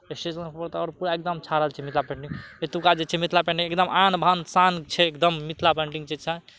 station पूरा तऽ आओर पूरा एकदम छारल छै मिथिला पेन्टिंग एतुका जे छै मिथिला पेन्टिंग एकदम आन बान शान छै एकदम मिथिला पेन्टिंग छै